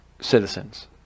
citizens